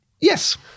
Yes